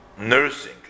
nursing